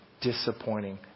disappointing